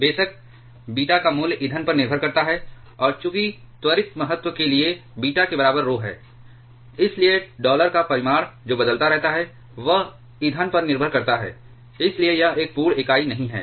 बेशक बीटा का मूल्य ईंधन पर निर्भर करता है और चूंकि त्वरित महत्व के लिए बीटा के बराबर RHO है इसलिए डॉलर का परिमाण जो बदलता रहता है वह ईंधन पर निर्भर करता है इसलिए यह एक पूर्ण इकाई नहीं है